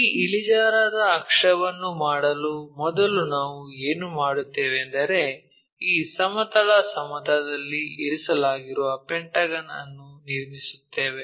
ಈ ಇಳಿಜಾರಾದ ಅಕ್ಷವನ್ನು ಮಾಡಲು ಮೊದಲು ನಾವು ಏನು ಮಾಡುತ್ತೇವೆಂದರೆ ಈ ಸಮತಲ ಸಮತಲದಲ್ಲಿ ಇರಿಸಲಾಗಿರುವ ಪೆಂಟಗನ್ ಅನ್ನು ನಿರ್ಮಿಸುತ್ತೇವೆ